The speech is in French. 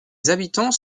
habitants